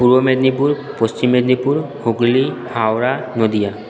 Purba Medinipur Paschim Medinipur Hooghly Howrah Nadia